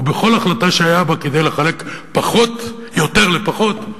וכל החלטה שהיה בה כדי לחלק יותר לפחות,